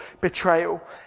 betrayal